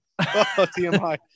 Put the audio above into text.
TMI